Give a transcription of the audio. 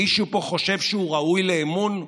מישהו פה חושב שהוא ראוי לאמון?